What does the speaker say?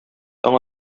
таң